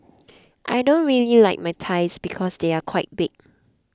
I don't really like my thighs because they are quite big